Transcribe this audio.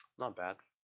not bad.